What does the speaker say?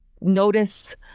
notice